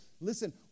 listen